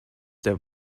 der